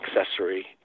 accessory